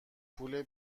پول